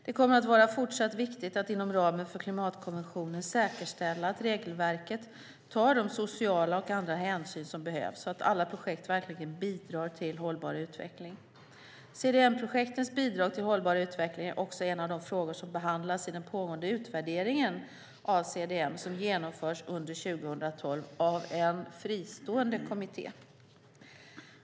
Det kommer att vara fortsatt viktigt att inom ramen för klimatkonventionen säkerställa att regelverket tar de sociala och andra hänsyn som behövs så att alla projekt verkligen bidrar till hållbar utveckling. CDM-projektens bidrag till hållbar utveckling är också en av de frågor som behandlas i den pågående utvärderingen av CDM som genomförs under 2012 av en fristående kommitté.